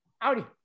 Audi